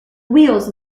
wheels